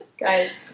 Guys